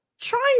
trying